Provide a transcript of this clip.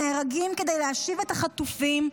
נהרגים כדי להשיב את החטופים,